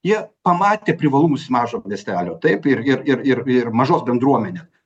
jie pamatė privalumus mažo miestelio taip ir ir ir ir ir mažos bendruomenės